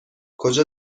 کجا